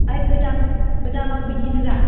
ओय गोदान गोदानाव बिदिनोरा